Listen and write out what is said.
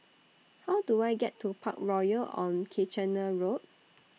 How Do I get to Parkroyal on Kitchener Road